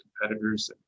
competitors